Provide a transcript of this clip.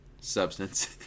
substance